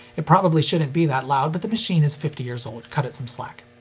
it probably shouldn't be that loud, but the machine is fifty years old, cut it some slack.